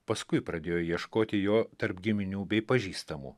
paskui pradėjo ieškoti jo tarp giminių bei pažįstamų